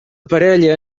parella